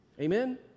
Amen